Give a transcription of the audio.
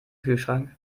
kühlschrank